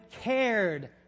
cared